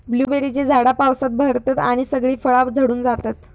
ब्लूबेरीची झाडा पावसात बहरतत आणि सगळी फळा झडून जातत